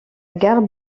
gare